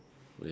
okay